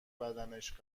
بدنش